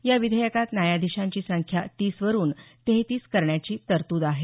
या विधेयकात न्यायाधीशांची संख्या तीसवरून तेहेतीस करण्याची तरतूद आहे